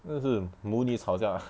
那是母女吵架